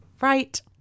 right